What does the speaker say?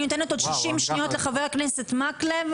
אני נותנת עוד 60 שניות לחבר הכנסת מקלב.